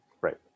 Right